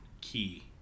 key